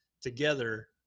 together